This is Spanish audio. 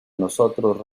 nosotros